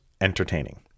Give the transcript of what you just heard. entertaining